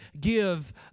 give